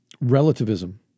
Relativism